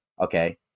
Okay